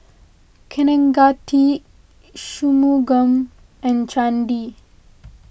Kaneganti Shunmugam and Chandi